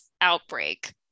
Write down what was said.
outbreak